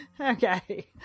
Okay